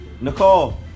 Nicole